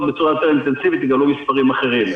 בצורה יותר אינטנסיבית יתגלו מספרים אחרים.